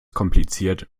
kompliziert